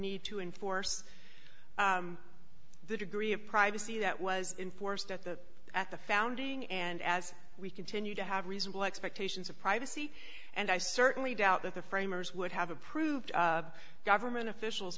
need to enforce the degree of privacy that was enforced at the at the founding and as we continue to have reasonable expectations of privacy and i certainly doubt that the framers would have approved of government officials